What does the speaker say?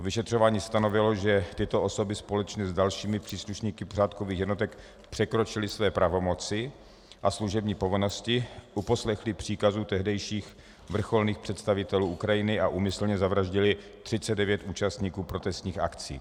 Vyšetřování stanovilo, že tyto osoby společně s dalšími příslušníky pořádkových jednotek překročily své pravomoci a služební povinnosti, uposlechly příkazů tehdejších vrcholných představitelů Ukrajiny a úmyslně zavraždily 39 účastníků protestních akcí.